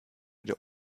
der